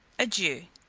adieu.